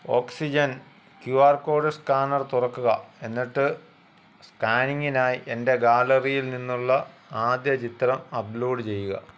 oxygen Q R code scanner തുറക്കുക എന്നിട്ട് സ്കാനിംഗിനായി എൻ്റെ ഗാലറിയിൽ നിന്നുള്ള ആദ്യ ചിത്രം അപ്ലോഡ് ചെയ്യുക